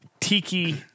tiki